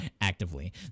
actively